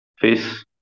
face